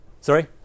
sorry